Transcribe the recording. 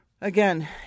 Again